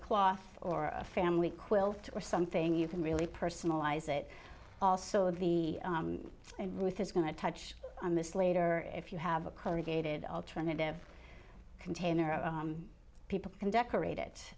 a cloth or a family quilt or something you can really personalize it also the and ruth is going to touch on this later if you have a clear gated alternative container people can decorate it